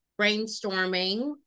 brainstorming